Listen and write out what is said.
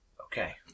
Okay